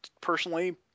personally